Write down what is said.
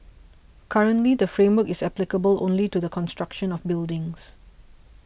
currently the framework is applicable only to the construction of buildings